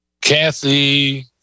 Kathy